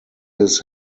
his